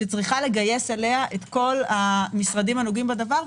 שצריכה לגייס אליה את כל המשרדים הנוגעים בדבר,